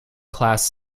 class